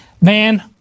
man